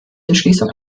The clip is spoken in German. entschließung